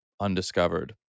undiscovered